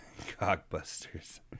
Cockbusters